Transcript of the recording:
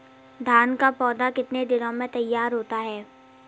धान का पौधा कितने दिनों में तैयार होता है?